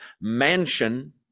mansion